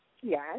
Yes